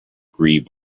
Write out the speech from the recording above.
grieve